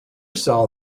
saw